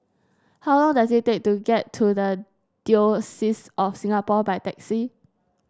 how long does it take to get to the Diocese of Singapore by taxi